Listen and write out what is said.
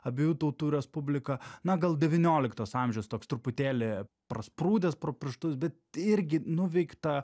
abiejų tautų respublika na gal devynioliktas amžius toks truputėlį prasprūdęs pro pirštus bet irgi nuveikta